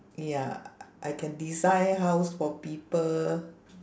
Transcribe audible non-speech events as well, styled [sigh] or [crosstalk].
ya [noise] I can design house for people